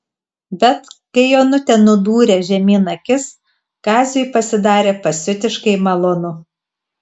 bet kai onutė nudūrė žemyn akis kaziui pasidarė pasiutiškai malonu